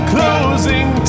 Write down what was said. Closing